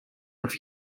auf